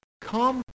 Come